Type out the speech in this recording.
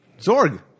Zorg